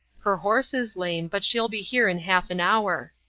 her horse is lame, but she'll be here in half an hour.